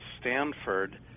Stanford